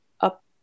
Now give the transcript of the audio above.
up